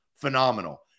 phenomenal